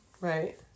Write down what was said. Right